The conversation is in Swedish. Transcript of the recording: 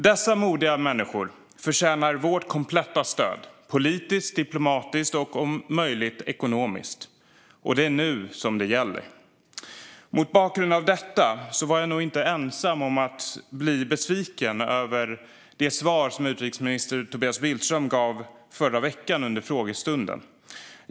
Dessa modiga människor förtjänar vårt kompletta stöd - politiskt, diplomatiskt och om möjligt ekonomiskt. Och det är nu som det gäller. Mot bakgrund av detta var jag nog inte ensam om att bli besviken över det svar som utrikesminister Tobias Billström gav under frågestunden förra veckan.